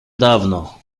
dawno